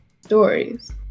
Stories